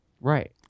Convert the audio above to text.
Right